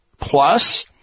Plus